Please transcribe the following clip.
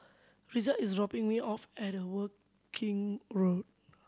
Risa is dropping me off at Woking Road